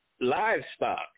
livestock